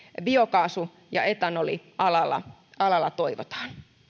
biokaasu ja bioetanolialalla toivotaan